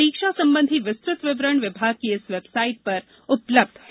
परीक्षा संबंधी विस्तृत विवरण विभाग की इसी वेबसाइट पर उपलब्ध है